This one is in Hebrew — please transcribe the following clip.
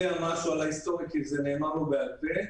משהו על ההיסטוריה כי נאמר לו בעל-פה,